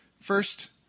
First